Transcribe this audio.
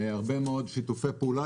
יש הרבה מאוד שיתופי פעולה,